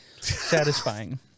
Satisfying